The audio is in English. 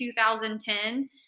2010